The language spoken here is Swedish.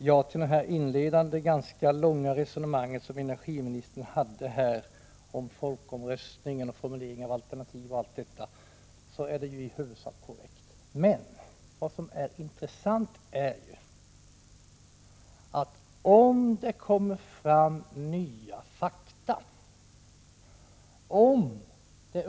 Herr talman! Det ganska långa inledande resonemang som energiministern förde om folkomröstningen, formuleringen av alternativen och allt detta vari huvudsak korrekt. Men vad som är intressant är ju om det kommer fram nya fakta.